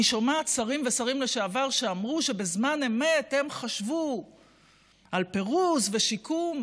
אני שומעת שרים ושרים לשעבר שאמרו שבזמן אמת הם חשבו על פירוז ושיקום,